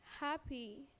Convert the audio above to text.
happy